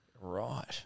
Right